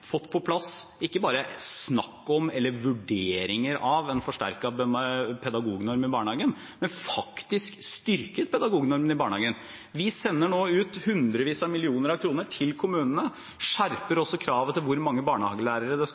fått på plass ikke bare snakk om eller vurderinger av en forsterket pedagognorm i barnehagen, men faktisk en styrket pedagognorm i barnehagen. Vi sender nå ut hundrevis av millioner kroner til kommunene. Vi skjerper også kravet til hvor mange barnehagelærere det skal